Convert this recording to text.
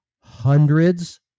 hundreds